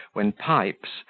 when pipes,